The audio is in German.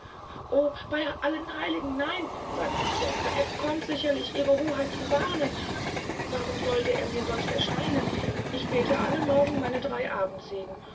bey allen heiligen nein sagte bianca er kommt sicherlich ihre hoheit zu warnen warum solte er mir sonst erscheinen ich bete alle morgen meine drei abendsegen